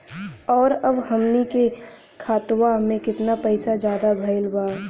और अब हमनी के खतावा में कितना पैसा ज्यादा भईल बा?